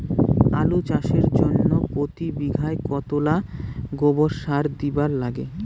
আলু চাষের জইন্যে প্রতি বিঘায় কতোলা গোবর সার দিবার লাগে?